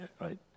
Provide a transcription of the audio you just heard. right